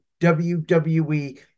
WWE